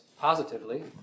positively